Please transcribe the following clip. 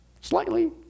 Slightly